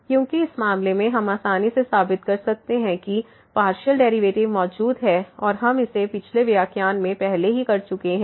क्योंकि इस मामले में हम आसानी से साबित कर सकते हैं कि पार्शियल डेरिवेटिव मौजूद हैं और हम इसे पिछले व्याख्यान में पहले ही कर चुके हैं